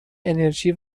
انرژی